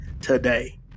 today